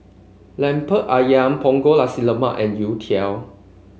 lemper ayam Punggol Nasi Lemak and youtiao